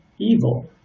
evil